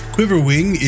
Quiverwing